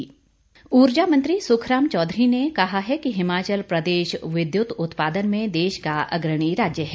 ऊर्जा मंत्री ऊर्जा मंत्री सुखराम चौधरी ने कहा है कि हिमाचल प्रदेश विद्युत उत्पादन में देश का अग्रणी राज्य है